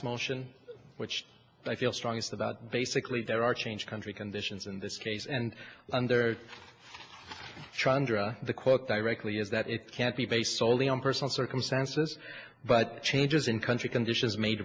motion which i feel strongest about basically there are change country conditions in this case and under chandra the quote directly is that it can't be based soley on personal circumstances but changes in country conditions made